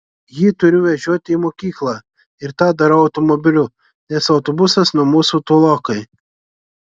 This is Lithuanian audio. jį turiu vežioti į mokyklą ir tą darau automobiliu nes autobusas nuo mūsų tolokai